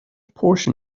portion